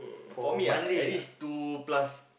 for me ah at least two plus